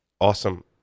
Awesome